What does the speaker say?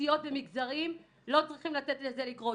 אוכלוסיות ומגזרים, לא צריכות לתת לזה לקרות.